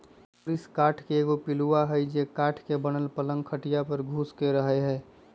ऊरिस काठ के एगो पिलुआ हई जे काठ के बनल पलंग खटिया पर घुस के रहहै